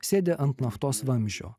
sėdi ant naftos vamzdžio